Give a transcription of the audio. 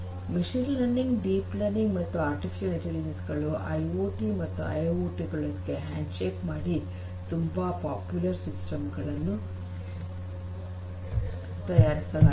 machine learning deep learning ಮತ್ತು artificial intelligence ಗಳು IoT ಮತ್ತು ಐಐಓಟಿ ಗಳೊಡನೆ ಹ್ಯಾಂಡ್ ಶೇಕ್ ಮಾಡಿ ತುಂಬಾ ಪವರ್ಫುಲ್ ಸಿಸ್ಟಮ್ ಗಳನ್ನು ತಯಾರಿಸಲಾಗಿದೆ